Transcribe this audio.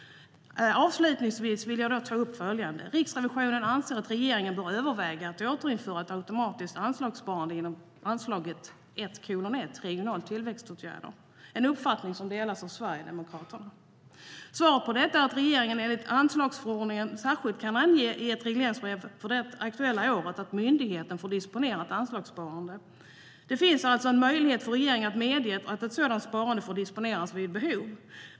Avslutningsvis vill jag ta upp följande: Riksrevisionen anser att regeringen bör överväga att återinföra ett automatiskt anslagssparande inom anslaget 1:1 Regionala tillväxtåtgärder, en uppfattning som delas av Sverigedemokraterna. Svaret på detta är att regeringen enligt anslagsförordningen särskilt kan ange i ett regleringsbrev för det aktuella året att myndigheten får disponera ett anslagssparande. Det finns alltså en möjlighet för regeringen att medge att ett sådant sparande får disponeras vid behov.